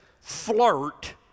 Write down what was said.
flirt